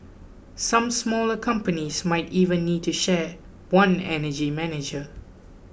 some smaller companies might even need to share one energy manager